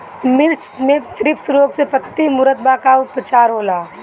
मिर्च मे थ्रिप्स रोग से पत्ती मूरत बा का उपचार होला?